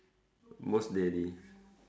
almost daily